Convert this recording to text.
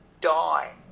die